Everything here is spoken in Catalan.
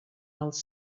els